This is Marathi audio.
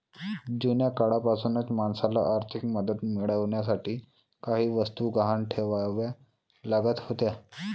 जुन्या काळापासूनच माणसाला आर्थिक मदत मिळवण्यासाठी काही वस्तू गहाण ठेवाव्या लागत होत्या